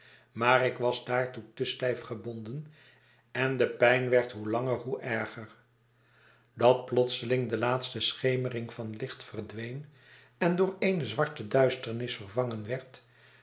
maar ik was daartoe te stijf gebonden en de pijn werd hoelanger hoe erger dat plotseling de laatste schemering van licht verdween en door eenezwarte duisternis vervangen werd